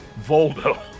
Voldo